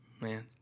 man